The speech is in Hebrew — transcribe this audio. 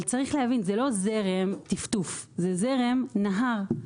אבל צריך להבין, זה לא זרם טפטוף, זה זרם נהר.